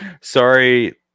Sorry